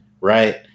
right